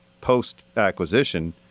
post-acquisition